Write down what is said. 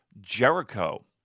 Jericho